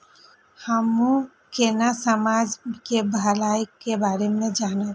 हमू केना समाज के भलाई के बारे में जानब?